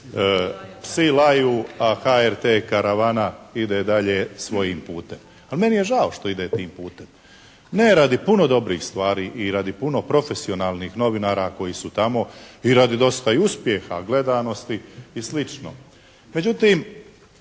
psi laju, a HRT karavana ide dalje svojim putem. Ali meni je žao što ide tim putem. Ne radi puno dobrih stvari i radi puno profesionalnih novinara koji su tamo i radi dosta i uspjeha gledanosti i slično. Međutim,